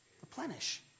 Replenish